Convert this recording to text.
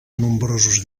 nombrosos